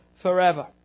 forever